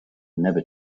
never